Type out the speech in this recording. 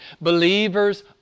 Believers